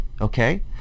okay